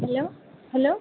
hello hello